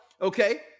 Okay